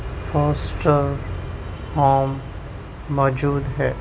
foster home موجود ہے